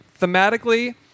thematically